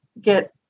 get